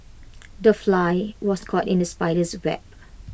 the fly was caught in the spider's web